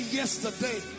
yesterday